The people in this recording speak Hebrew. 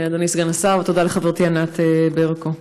אדוני סגן השר, ותודה לחברתי ענת ברקו.